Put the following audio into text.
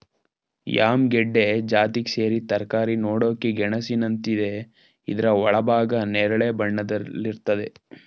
yam ಗೆಡ್ಡೆ ಜಾತಿಗ್ ಸೇರಿದ್ ತರಕಾರಿ ನೋಡಕೆ ಗೆಣಸಿನಂತಿದೆ ಇದ್ರ ಒಳಭಾಗ ನೇರಳೆ ಬಣ್ಣದಲ್ಲಿರ್ತದೆ